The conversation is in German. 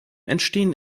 entstehen